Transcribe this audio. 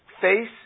face